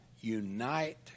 Unite